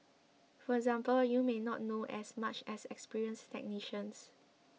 for example you may not know as much as experienced technicians